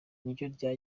ryajya